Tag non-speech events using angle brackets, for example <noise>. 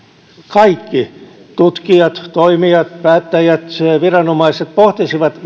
kaikki tutkijat toimijat päättäjät viranomaiset pohtisivat <unintelligible>